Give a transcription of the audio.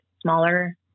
smaller